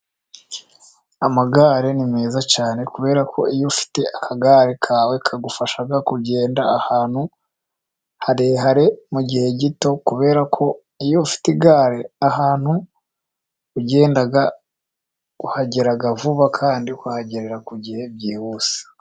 Amagare ni meza cyane, kubera ko iyo ufite akagare kawe kagufasha kugenda ahantu harehare mugihe gito, kubera iyo ufite igare ahantu ugenda uhagera vuba, kandi ukahagerera ku gihe byihuse.